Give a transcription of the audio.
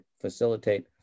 facilitate